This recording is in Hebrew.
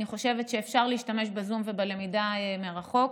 אני חושבת שאפשר להשתמש בזום ובלמידה מרחוק,